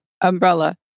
Umbrella